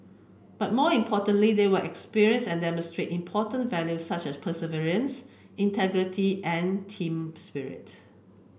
but more importantly they will experience and demonstrate important values such as perseverance integrity and team spirit